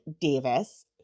Davis